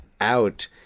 out